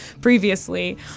previously